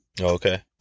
okay